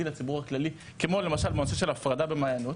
לציבור הכללי כמו למשל בנושא של הפרדה במעיינות,